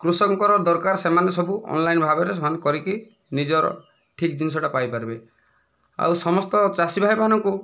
କୃଷକଙ୍କର ଦରକାର ସେମାନେ ସବୁ ଅନଲାଇନ ଭାବରେ ସେମାନେ କରିକି ନିଜର ଠିକ ଜିନଷଟା ପାଇପାରବେ ଆଉ ସମସ୍ତ ଚାଷୀ ଭାଇମାନଙ୍କୁ